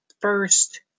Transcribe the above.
first